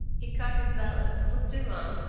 he caught his balance, looked around,